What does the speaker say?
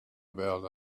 about